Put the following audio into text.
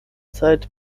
zeit